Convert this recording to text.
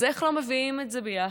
אז איך לא מביאים את זה ביחד?